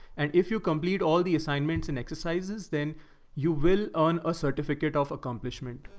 and if you complete all the assignments and exercises, then you will earn a certificate of accomplishment.